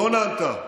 זה לא היית אתה?